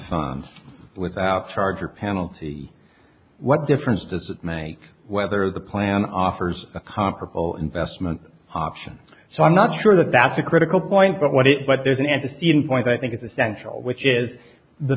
funds without charge or penalty what difference does it make whether the plan offers a comparable investment option so i'm not sure that that's a critical point but what it but there's an antecedent point i think is essential which is the